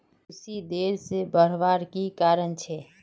कुशी देर से बढ़वार की कारण छे?